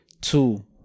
Two